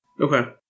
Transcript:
Okay